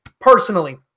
personally